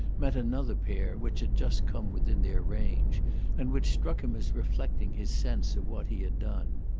met another pair which had just come within their range and which struck him as reflecting his sense of what he had done.